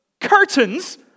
curtains